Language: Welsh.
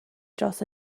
dros